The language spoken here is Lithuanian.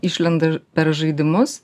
išlenda per žaidimus